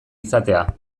izatea